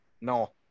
No